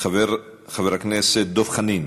חבר הכנסת דב חנין,